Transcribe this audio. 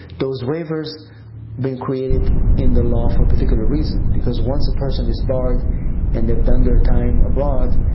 those waivers being created in the law for particular reason because once a person is barred and they've done their time abroad,